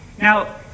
Now